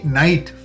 night